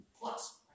plus